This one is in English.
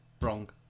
Wrong